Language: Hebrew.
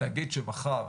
נגיד שמחר,